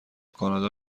کانادا